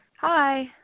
Hi